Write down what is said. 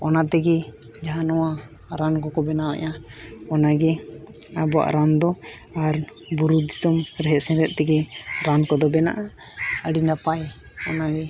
ᱚᱱᱟ ᱛᱮᱜᱮ ᱡᱟᱦᱟᱸ ᱱᱚᱣᱟ ᱨᱟᱱ ᱠᱚᱠᱚ ᱵᱮᱱᱟᱣᱮᱜᱼᱟ ᱚᱱᱟᱜᱮ ᱟᱵᱚᱣᱟᱜ ᱨᱟᱱ ᱫᱚ ᱟᱨ ᱵᱩᱨᱩ ᱫᱤᱥᱚᱢ ᱨᱮᱦᱮᱫᱼᱥᱮᱸᱫᱮᱛ ᱛᱮᱜᱮ ᱨᱟᱱ ᱠᱚᱫᱚ ᱵᱮᱱᱟᱜᱼᱟ ᱟᱹᱰᱤ ᱱᱟᱯᱟᱭ ᱚᱱᱟᱜᱮ